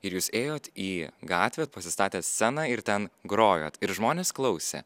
ir jūs ėjot į gatvę pasistatęs sceną ir ten grojot ir žmonės klausė